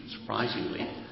surprisingly